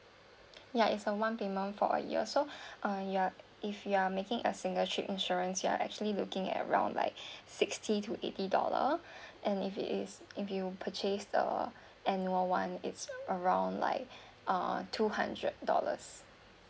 ya is a one payment for a year so uh you are if you are making a single trip insurance you are actually looking at around like sixty to eighty dollar and if it is if you purchase the annual one it's around like uh two hundred dollars